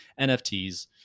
nfts